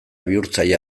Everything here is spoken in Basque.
bihurtzaile